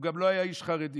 הוא גם לא היה איש חרדי,